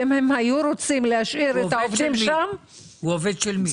אם הם היו רוצים להשאיר שם את העובדים --- הוא עובד של מי?